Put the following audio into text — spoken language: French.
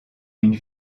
une